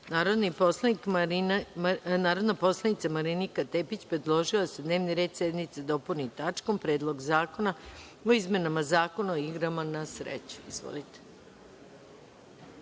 predlog. Narodna poslanica Marinika Tepić predložila je da se dnevni red sednice dopuni tačkom – Predlog zakona o izmenama Zakona o igrama na sreću. Izvolite.